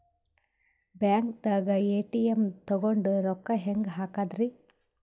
ಬ್ಯಾಂಕ್ದಾಗ ಎ.ಟಿ.ಎಂ ತಗೊಂಡ್ ರೊಕ್ಕ ಹೆಂಗ್ ಹಾಕದ್ರಿ?